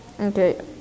Okay